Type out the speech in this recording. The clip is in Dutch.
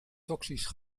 toxisch